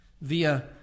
via